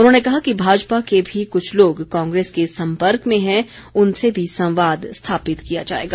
उन्होंने कहा कि भाजपा के भी कुछ लोग कांग्रेस के संपर्क में हैं उनसे भी संवाद स्थापित किया जाएगा